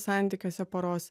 santykiuose poros